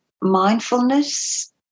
mindfulness